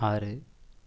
ஆறு